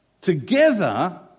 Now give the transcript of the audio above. Together